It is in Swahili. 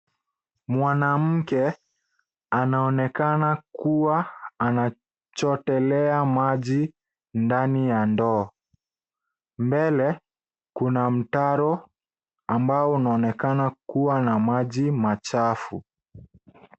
Mwanamke anaonekana kuwa anachotelea maji ndani ya ndoo. Mbele kuna mtaro ambao unaonekana kuwa na maji machafu.